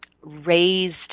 raised